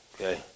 Okay